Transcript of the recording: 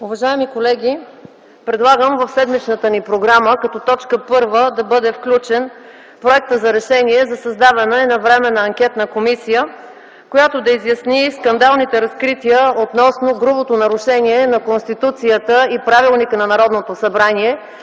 Уважаеми колеги, предлагам в седмичната ни програма като точка първа да бъде включен проектът за Решение за създаване на Временна анкетна комисия, която да изясни скандалните разкрития относно грубото нарушение на Конституцията и Правилника за организацията и